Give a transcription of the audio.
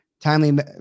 Timely